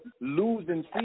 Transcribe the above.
losing